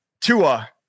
Tua